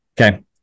Okay